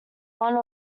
one